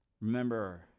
Remember